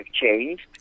changed